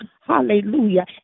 hallelujah